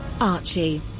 Archie